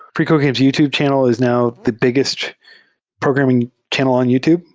freecodecamp's youtube channel is now the biggest programming channel on youtube,